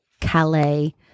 Calais